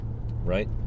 right